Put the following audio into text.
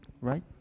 right